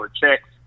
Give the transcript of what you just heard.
checks